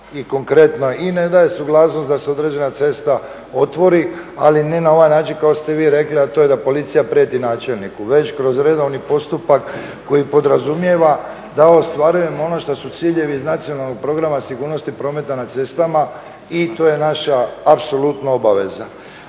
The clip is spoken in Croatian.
I konkretno i ne daje suglasnost da se određena cesta otvori ali ne na ovaj način kako ste vi rekli a to je da policija prijeti načelniku već kroz redovni postupak koji podrazumijeva da ostvarujemo ono što su ciljevi iz Nacionalnog programa sigurnosti prometa na cestama i to je naša apsolutna obaveza.